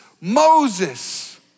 Moses